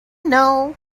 know